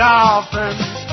Dolphins